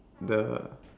the